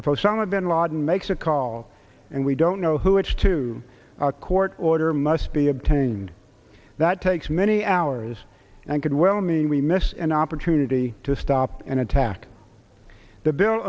if osama bin laden makes a call and we don't know who it's to a court order must be obtained that takes many hours and could well mean we missed an opportunity to stop and attack the bill